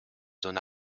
zone